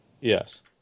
Yes